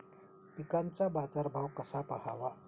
पिकांचा बाजार भाव कसा पहावा?